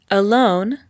alone